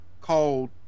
called